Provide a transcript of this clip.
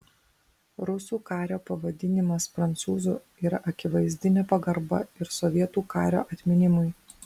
rusų kario pavadinimas prancūzu yra akivaizdi nepagarba ir sovietų kario atminimui